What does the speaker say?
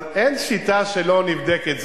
אז אין שיטה שלא נבדקת.